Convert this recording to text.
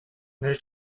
nel